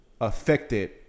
affected